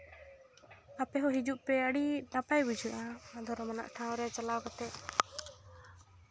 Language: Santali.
ᱟᱯᱮ ᱦᱚᱸ ᱦᱤᱡᱩᱜ ᱯᱮ ᱟᱹᱰᱤ ᱱᱟᱯᱟᱭ ᱵᱩᱡᱷᱟᱹᱜᱼᱟ ᱫᱷᱚᱨᱚᱢᱟᱱᱟᱜ ᱴᱷᱟᱶ ᱨᱮ ᱪᱟᱞᱟᱣ ᱠᱟᱛᱮ